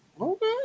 Okay